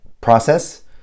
process